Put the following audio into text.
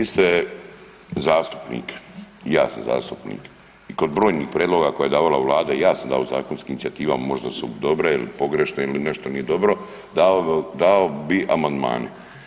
Vi ste zastupnik i ja sam zastupnik i kod brojnih prijedloga koje je davala Vlada, ja sam davao zakonskih inicijativa možda su dobre ili pogrešne ili nešto nije dobro davao bi amandmane.